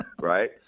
right